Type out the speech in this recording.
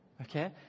Okay